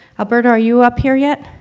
alberto, are you up here yet?